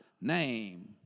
name